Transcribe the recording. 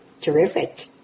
terrific